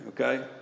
okay